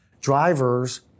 Drivers